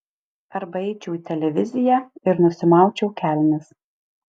arba eičiau į televiziją ir nusimaučiau kelnes